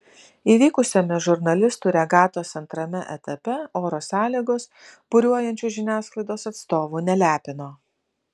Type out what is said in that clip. įvykusiame žurnalistų regatos antrame etape oro sąlygos buriuojančių žiniasklaidos atstovų nelepino